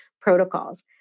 protocols